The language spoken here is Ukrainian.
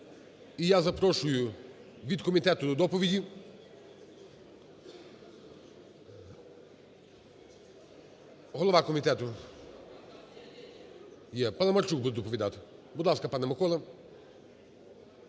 я запрошую від комітету до доповіді, голова комітету. Є, Паламарчук буде доповідати. Будь ласка, пане Миколо.